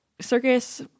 circus